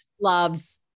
Loves